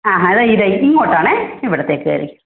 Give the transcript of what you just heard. ആ ഹാ ഇതാ ഇതേയ് ഇങ്ങോട്ടാണ് ഇവിടത്തേയ്ക്ക് കയറിക്കോളൂ